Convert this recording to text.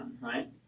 right